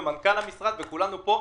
ומנכ"ל המשרד וכולנו פה.